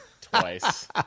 twice